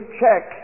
check